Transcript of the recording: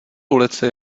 ulici